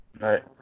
Right